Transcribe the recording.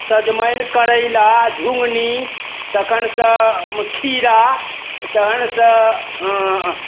सजमनि करैला झुङ्गनी तखनसँ खीरा तहनसँ अऽ